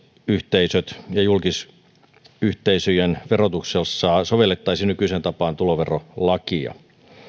yhteisöjen ja julkisyhteisöjen verotuksessa sovellettaisiin nykyiseen tapaan tuloverolakia